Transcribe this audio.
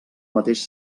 mateix